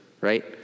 right